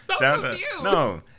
No